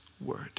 word